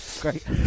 Great